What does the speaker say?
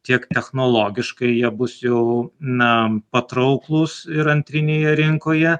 tiek technologiškai jie bus jau na patrauklūs ir antrinėje rinkoje